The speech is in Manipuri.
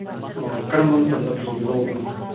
ꯑꯣ ꯀꯔꯝꯕ ꯃꯇꯝꯗ ꯐꯤꯗꯨ ꯂꯧꯕꯅꯣ